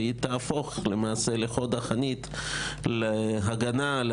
והיא תהפוך למעשה לחוד החנית להגנה על